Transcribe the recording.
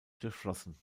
durchflossen